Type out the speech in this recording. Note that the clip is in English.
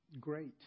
great